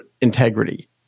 integrity